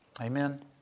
Amen